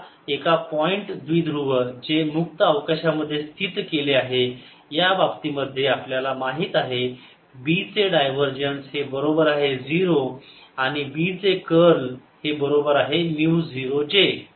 आता एक पॉईंट द्विध्रुव जे मुक्त अवकाशामध्ये स्थित केले आहे या बाबतीमध्ये आपल्याला माहित आहे B चे डायवरजन्स हे बरोबर आहे 0 आणि B चे कर्ल हे बरोबर आहे म्यु 0 J